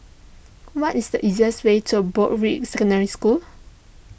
what is the easiest way to Broadrick Secondary School